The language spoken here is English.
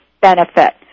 benefit